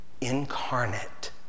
Incarnate